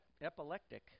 epileptic